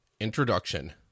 introduction